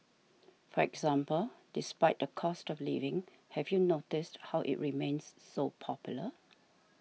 for example despite the cost of living have you noticed how it remains so popular